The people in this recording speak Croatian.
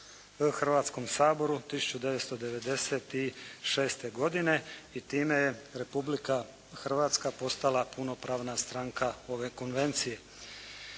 Hrvatskom saboru 1996. godine i time je Republika Hrvatska postala punopravna stranka ove Konvencije.